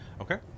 okay